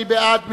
מי בעד?